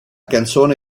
canzone